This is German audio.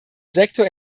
sektor